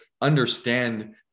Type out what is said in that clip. understand